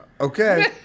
okay